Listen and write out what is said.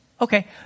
Okay